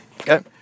Okay